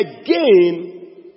again